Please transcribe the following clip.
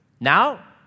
Now